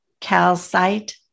calcite